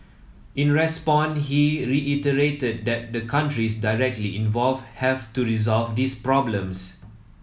in response he reiterated that the countries directly involved have to resolve these problems